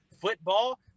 football